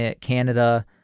Canada